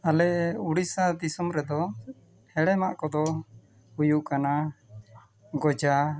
ᱟᱞᱮ ᱩᱲᱤᱥᱥᱟ ᱫᱤᱥᱚᱢ ᱨᱮᱫᱚ ᱦᱮᱲᱮᱢᱟᱜ ᱠᱚᱫᱚ ᱦᱩᱭᱩᱜ ᱠᱟᱱᱟ ᱜᱚᱡᱟ